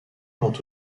quant